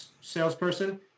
salesperson